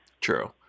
True